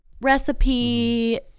recipe